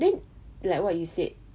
then like what you said